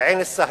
ועין-סהלה,